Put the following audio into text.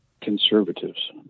conservatives